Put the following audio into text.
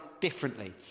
differently